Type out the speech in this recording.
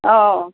অঁ